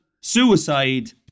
suicide